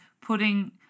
putting